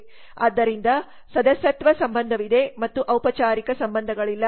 ಆದ್ದರಿಂದ ಸದಸ್ಯತ್ವ ಸಂಬಂಧವಿದೆ ಮತ್ತು ಔಪಚಾರಿಕ ಸಂಬಂಧಗಳಿಲ್ಲ